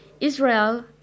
Israel